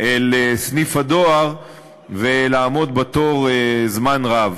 לסניף הדואר ולעמוד בתור זמן רב.